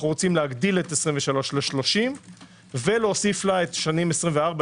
רוצים להגדיל את 23' ל-30 להוסיף לה את שנים 24',